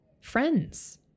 friends